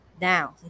down